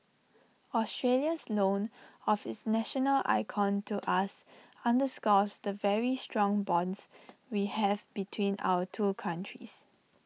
Australia's loan of its national icon to us underscores the very strong bonds we have between our two countries